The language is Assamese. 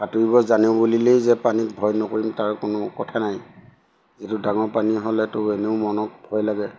সাঁতুৰিব জানো বুলিলেই যে পানী ভয় নকৰিম তাৰ কোনো কথা নাই যিহেতু ডাঙৰ পানী হ'লেতো এনেও মনক ভয় লাগে